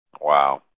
Wow